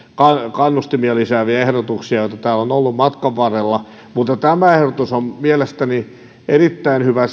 kannustimia lisääviä ehdotuksia joita täällä on ollut matkan varrella mutta tämä ehdotus on mielestäni erittäin hyvä